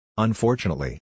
Unfortunately